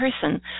person